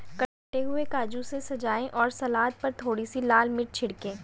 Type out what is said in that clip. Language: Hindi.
कटे हुए काजू से सजाएं और सलाद पर थोड़ी सी लाल मिर्च छिड़कें